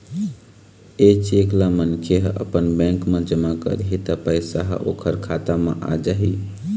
ए cheque ल मनखे ह अपन बेंक म जमा करही त पइसा ह ओखर खाता म आ जाही